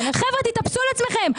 חבר'ה, תתאפסו על עצמכם.